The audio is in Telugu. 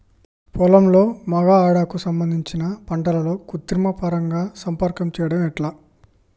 పొలంలో మగ ఆడ కు సంబంధించిన పంటలలో కృత్రిమ పరంగా సంపర్కం చెయ్యడం ఎట్ల?